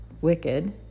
wicked